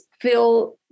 feel